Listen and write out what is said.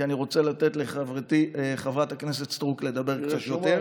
כי אני רוצה לתת לחברתי חברת הכנסת סטרוק לדבר קצת יותר.